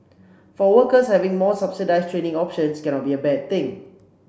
for workers having more subsidised training options cannot be a bad thing